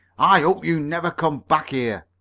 i hope you never come back here!